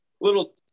little